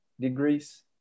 degrees